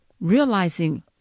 realizing